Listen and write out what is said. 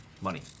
Money